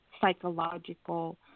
psychological